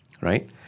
right